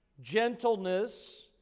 gentleness